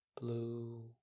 blue